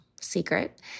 secret